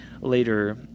later